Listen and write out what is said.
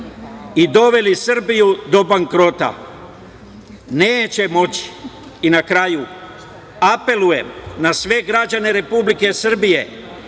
i doveli Srbiju do bankrota. Neće moći. Na kraju, apelujem na sve građane Republike Srbije,